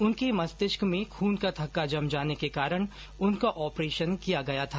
उनके मस्तिष्क में खून का थक्का जम जाने के कारण उनका ऑपरेशन किया गया था